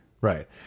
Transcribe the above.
right